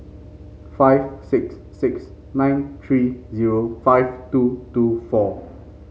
five six six nine three zero five two two four